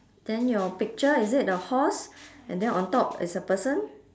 then your picture is it a horse and then on top it's a person